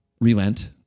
relent